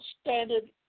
Standard